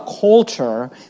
culture